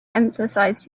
emphasised